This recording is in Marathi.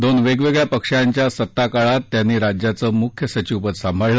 दोन वेगवेगळ्या पक्षांच्या सत्ताकाळात त्यांनी राज्याचं मुख्य सचीवपद सांभाळलं